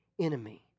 enemy